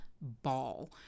ball